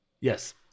Yes